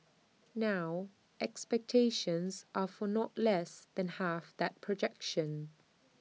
now expectations are for not less than half that projection